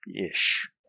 Ish